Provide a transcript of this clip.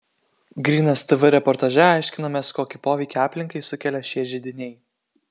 grynas tv reportaže aiškinamės kokį poveikį aplinkai sukelia šie židiniai